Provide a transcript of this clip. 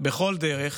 בכל דרך